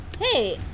Hey